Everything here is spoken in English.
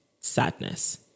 sadness